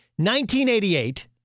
1988